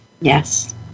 Yes